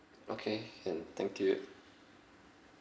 okay can thank you